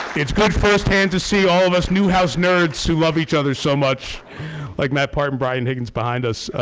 it's good firsthand to see all of us newhouse nerds who love each other so much like matt park and brian higgins behind us